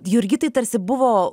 jurgitai tarsi buvo